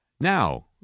Now